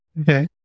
Okay